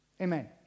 Amen